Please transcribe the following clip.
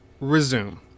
resume